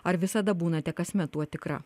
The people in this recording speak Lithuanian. ar visada būnate kasmet tuo tikra